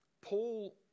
Paul